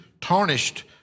tarnished